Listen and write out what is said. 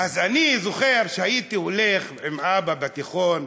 אני זוכר שהייתי הולך עם אבא בתיכון.